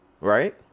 Right